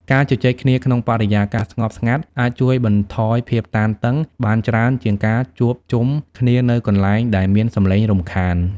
ការជជែកគ្នាក្នុងបរិយាកាសស្ងប់ស្ងាត់អាចជួយបន្ថយភាពតានតឹងបានច្រើនជាងការជួបជុំគ្នានៅកន្លែងដែលមានសម្លេងរំខាន។